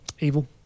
evil